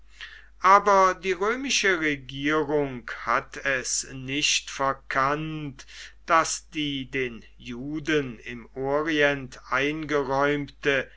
aber die römische regierung hat es nicht verkannt daß die den juden im orient eingeräumte